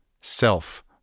self